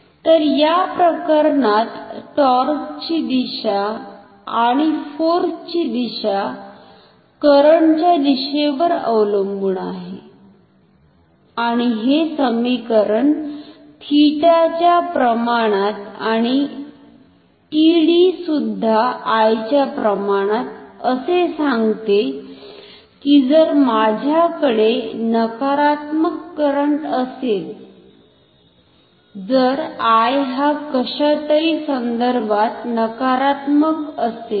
तर या प्रकरणात टॉर्क ची दिशा आणि फोर्स ची दिशा करंट च्या दिशेवर अवलंबुन आहे आणि हे समीकरण θ च्या प्रमाणात आणि TD सुद्धा I च्या प्रमाणात असे सांगते कि जर माझ्याकडे नकारात्मक करंट असेल जर I हा कशातरी संदर्भात नकारात्मक असेल